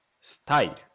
style